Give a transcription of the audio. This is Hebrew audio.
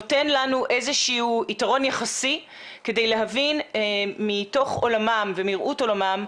נותן לנו איזשהו יתרון יחסי כדי להבין מתוך עולמם ומראות עולמם,